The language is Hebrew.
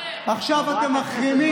עליהם,